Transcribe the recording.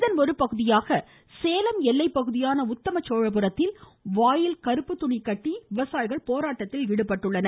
இதன் ஒருபகுதியாக சேலம் எல்லைப்பகுதியான உத்தம சோழபுரத்தில் வாயில் கருப்பு துணி கட்டி போராட்டத்தில் ஈடுபட்டுள்ளனர்